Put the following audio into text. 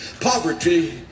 Poverty